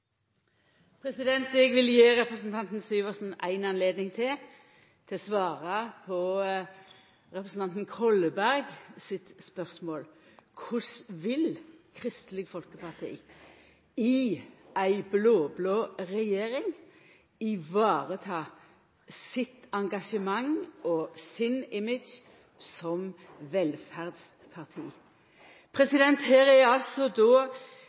Eg vil gje representanten Syversen ei anledning til å svara på representanten Kolberg sitt spørsmål: Korleis vil Kristeleg Folkeparti i ei blå-blå regjering vareta sitt engasjement og sin image som velferdsparti? Her er det då